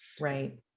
right